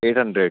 eight hundred